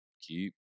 Keep